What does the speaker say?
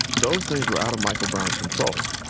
those things were out of michael brown's control.